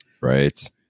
Right